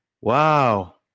wow